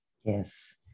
Yes